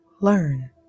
learn